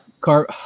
Car